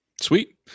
Sweet